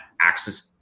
access